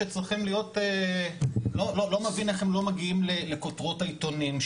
לא מבין איך הם לא מגיעים לכותרות העיתונים,